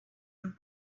and